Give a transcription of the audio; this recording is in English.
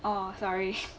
orh sorry